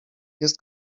jest